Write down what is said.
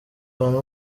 abantu